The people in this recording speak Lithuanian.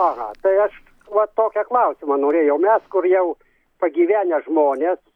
aha tai aš va toki klausimą norėjau mes kur jau pagyvenę žmonės